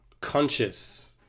conscious